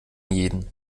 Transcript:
jeden